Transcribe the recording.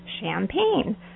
champagne